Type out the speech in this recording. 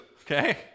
okay